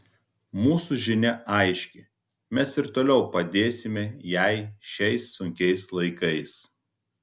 mūsų žinia aiški mes ir toliau padėsime jai šiais sunkiais laikais